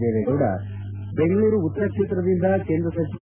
ದೇವೇಗೌಡ ಬೆಂಗಳೂರು ಉತ್ತರ ಕ್ಷೇತ್ರದಿಂದ ಕೇಂದ್ರ ಸಚಿವ ಡಿ